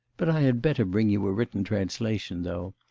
but i had better bring you a written translation, though.